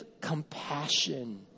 Compassion